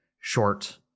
short